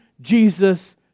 Jesus